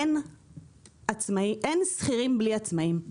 אין שכירים בלי עצמאים.